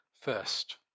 first